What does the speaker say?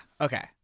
Okay